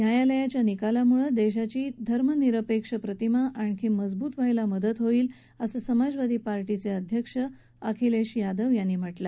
न्यायालयाच्या निकालामुळे देशाची धर्मनिरपेक्ष प्रतिमा आणखी मजबूत होण्यास मदत होईल असं समाजवादी पार्टीचे अध्यक्ष अखिलेश यादव म्हणाले